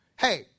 hey